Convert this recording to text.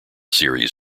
series